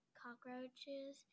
cockroaches